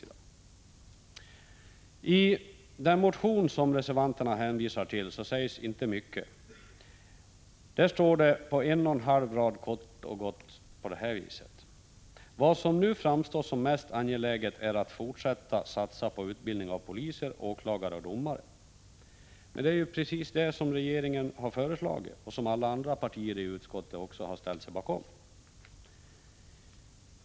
Det sägs inte mycket i den motion som reservanterna hänvisar till. Där står det, på en och en halv rad, kort och gott så här: ”Vad som nu framstår som mest angeläget är att fortsätta satsa på utbildning av poliser, åklagare och domare.” Men det är ju precis det som regeringen har föreslagit och som alla andra partier i utskottet också har ställt sig bakom.